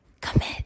Commit